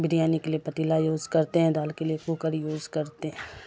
بریانی کے لیے پتیلا یوز کرتے ہیں دال کے لیے کوکر یوز کرتے